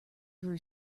grew